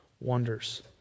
Wonders